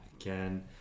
again